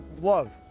love